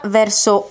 verso